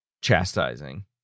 chastising